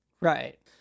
right